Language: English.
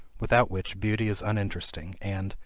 without which beauty is uninteresting, and,